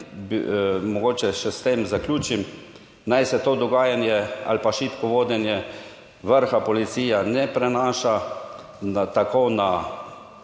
Naj mogoče še s tem zaključim. Naj se to dogajanje ali pa šibko vodenje vrha policija ne prenaša, tako na